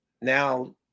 Now